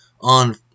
On